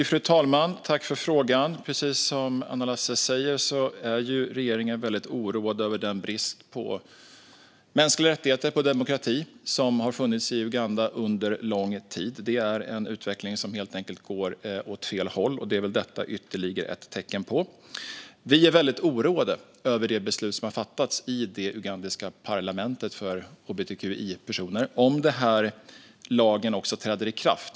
Fru talman! Jag tackar för frågan. Precis som Anna Lasses är också regeringen väldigt oroad över den brist på mänskliga rättigheter och demokrati som har funnits i Uganda under lång tid. Utvecklingen går helt enkelt åt fel håll. Det är detta ytterligare ett tecken på. Vi är väldigt oroade över det beslut om hbtqi-personer som har fattats i det ugandiska parlamentet såvida lagen också träder i kraft.